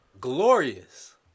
glorious